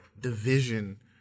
division